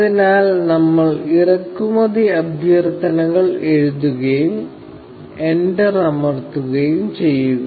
അതിനാൽ നമ്മൾ ഇറക്കുമതി അഭ്യർത്ഥനകൾ എഴുതുകയും എന്റർ അമർത്തുകയും ചെയ്യുക